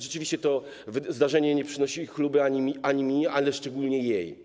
Rzeczywiście to zdarzenie nie przynosi chluby ani mi, ani jej, szczególnie jej.